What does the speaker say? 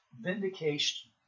vindication